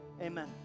Amen